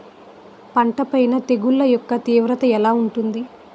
పంట పైన తెగుళ్లు యెక్క తీవ్రత ఎలా ఉంటుంది